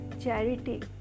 charity